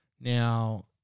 Now